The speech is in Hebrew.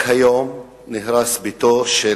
רק היום נהרס ביתה של